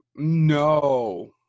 no